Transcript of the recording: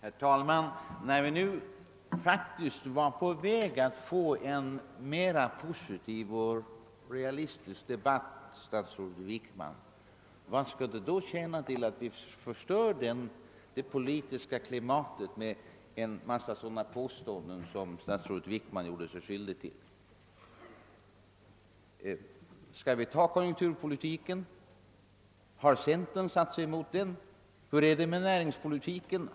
Herr talman! När vi nu var på väg att få en mera positiv och realistisk debatt, vad tjänade det då till att förstöra det hela med en mängd sådana påståenden som statsrådet Wickman gjorde? Har centern satt sig emot konjunkturpolitiken eller näringspolitiken?